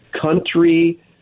country